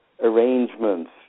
arrangements